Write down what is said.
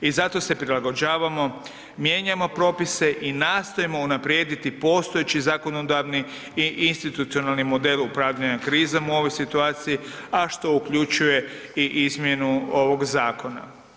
I zato se prilagođavamo, mijenjamo propise i nastojimo unaprijediti postojeći zakonodavni i institucionalni model upravljanja krizom u ovoj situaciji, a što uključuje i izmjenu ovog zakona.